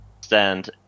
stand